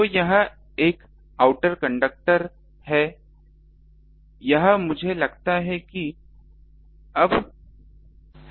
तो यह एक आउटर कंडक्टर है यह मुझे लगता है कि यह अब है